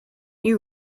you